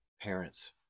parents